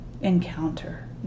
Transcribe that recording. Encounter